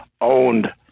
owned